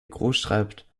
großschreibt